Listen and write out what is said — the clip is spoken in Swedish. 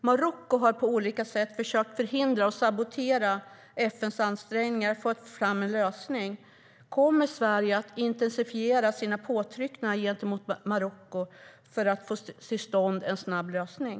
Marocko har på olika sätt försökt förhindra och sabotera FN:s ansträngningar att få fram en lösning. Kommer Sverige att intensifiera sina påtryckningar gentemot Marocko för att få till stånd en snabb lösning?